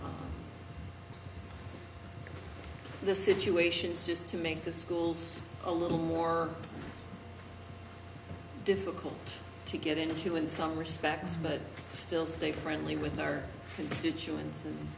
the situations just to make the schools a little more difficult to get into in some respects but still stay friendly with our constituents and